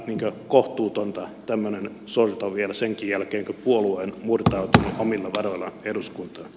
on kohtuutonta tämmöinen sorto vielä senkin jälkeen kun puolue on murtautunut omilla varoillaan eduskuntaan